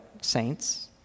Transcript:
saints